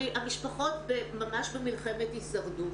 המשפחות ממש במלחמת הישרדות.